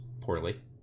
poorly